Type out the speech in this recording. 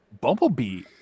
Bumblebee